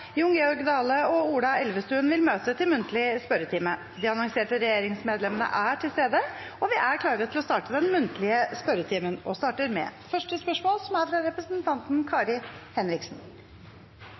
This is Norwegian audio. Jon Georg Dale og Ola Elvestuen vil møte til muntlig spørretime. De annonserte regjeringsmedlemmene er til stede, og vi er klare til å starte den muntlige spørretimen. Vi starter med første hovedspørsmål, fra representanten